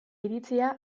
iritzia